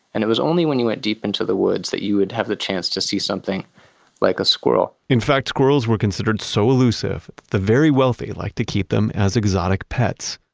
and it was only when you went deep into the woods that you would have the chance to see something like a squirrel in fact, squirrels were considered so elusive, the very wealthy liked to keep them as exotic pets.